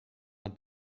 hat